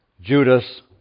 Judas